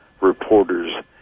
reporters